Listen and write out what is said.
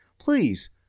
please